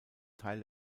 teil